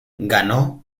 ganó